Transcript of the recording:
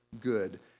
good